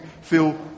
feel